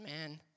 man